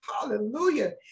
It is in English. Hallelujah